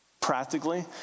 practically